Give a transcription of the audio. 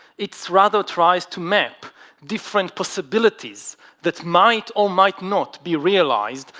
it's rather tries to map different possibilities that might or might not be realized.